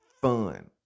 fun